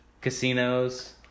Casinos